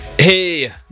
Hey